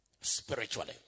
spiritually